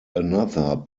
another